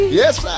yes